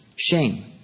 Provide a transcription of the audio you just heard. shame